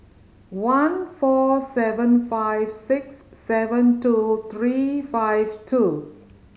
one four seven five six seven two three five two